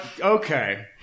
okay